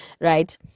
right